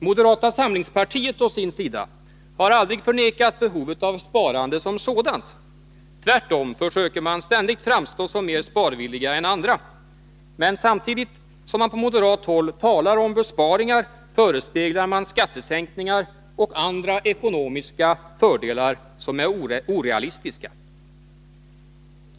Moderata samlingspartiet å sin sida har aldrig förnekat behovet av sparande som sådant — tvärtom försöker moderaterna ständigt framstå som mer sparvilliga än andra. Men samtidigt som man på moderat håll talar om besparingar förespeglar man medborgarna skattesänkningar och andra ekonomiska fördelar som är orealistiska.